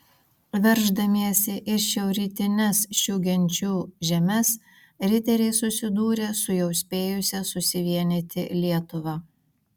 verždamiesi į šiaurrytines šių genčių žemes riteriai susidūrė su jau spėjusia susivienyti lietuva